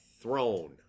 throne